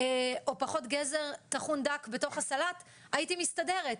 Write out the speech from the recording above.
או פחות גזר טחון דק בתוך הסלט, הייתי מסתדרת.